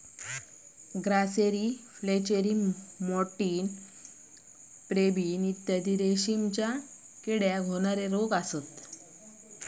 grasserie flacherie मॅटिन मॅटिन pebrine इत्यादी रेशीमच्या किड्याक होणारे रोग असत